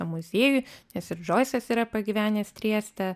muziejuj nes ir džoisas yra pagyvenęs triestas